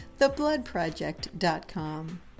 thebloodproject.com